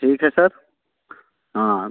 ठीक है सर हाँ